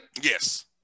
Yes